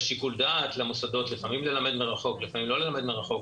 יש שיקול דעת למוסדות לפעמים ללמד מרחוק ולפעמים לא ללמד מרחוק,